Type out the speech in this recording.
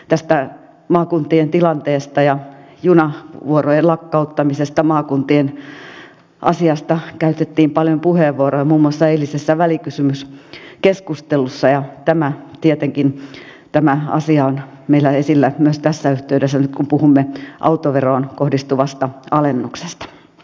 tästä maakuntien tilanteesta ja junavuorojen lakkauttamisesta maakuntien asiasta käytettiin paljon puheenvuoroja muun muassa eilisessä välikysymyskeskustelussa ja tämä asia tietenkin on meillä esillä myös tässä yhteydessä nyt kun puhumme autoveroon kohdistuvasta alennuksesta